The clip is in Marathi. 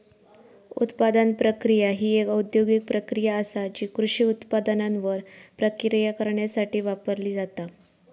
उत्पादन प्रक्रिया ही एक औद्योगिक प्रक्रिया आसा जी कृषी उत्पादनांवर प्रक्रिया करण्यासाठी वापरली जाता